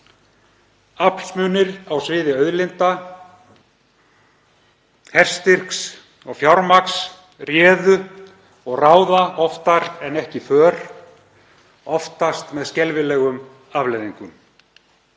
Aflsmunur á sviði auðlinda, herstyrks og fjármagns réð og ræður oftar en ekki för, oftast með skelfilegum afleiðingum.